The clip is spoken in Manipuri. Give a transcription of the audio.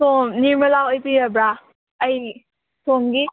ꯁꯣꯝ ꯅꯤꯔꯃꯂꯥ ꯑꯣꯏꯕꯤꯔꯕ꯭ꯔꯥ ꯑꯩ ꯁꯣꯝꯒꯤ